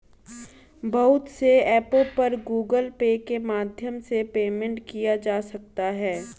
बहुत से ऐपों पर गूगल पे के माध्यम से पेमेंट किया जा सकता है